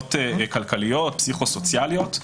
בעיות כלכליות פסיכו-סוציאליות.